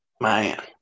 Man